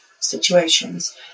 situations